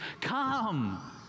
Come